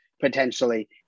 potentially